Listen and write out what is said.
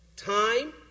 Time